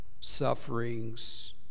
sufferings